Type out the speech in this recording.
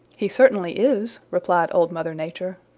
he certainly is, replied old mother nature.